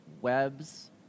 webs